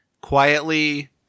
quietly